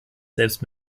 selbst